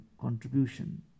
contribution